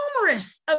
numerous